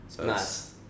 Nice